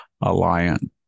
alliance